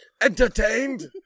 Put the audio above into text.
entertained